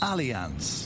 Alliance